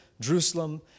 Jerusalem